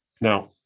Now